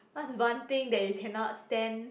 what's one thing that you cannot stand